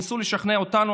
ניסו לשכנע אותנו,